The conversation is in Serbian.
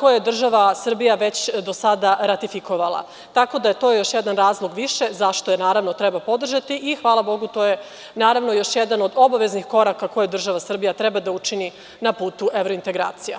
koje je država Srbija do sada ratifikovala, tako da je to još jedan razlog zašto je treba podržati i, hvala Bogu, to je još jedan od obaveznih koraka koje država Srbija treba da učini na putu evrointegracija.